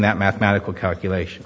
that mathematical calculation